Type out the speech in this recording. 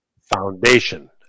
Foundation